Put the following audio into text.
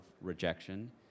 rejection